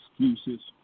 excuses